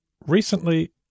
Recently